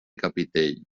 capitell